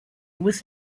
was